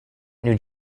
new